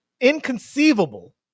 inconceivable